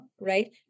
right